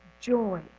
joy